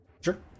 sure